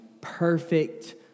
perfect